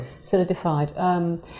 solidified